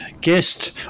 guest